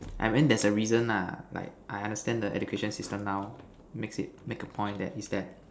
I mean there's a reason lah like I understand the education system now makes it make a point that is that